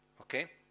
Okay